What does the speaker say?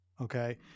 okay